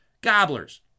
gobblers